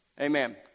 Amen